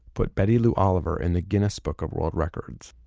put betty lou oliver in the guinness book of world records,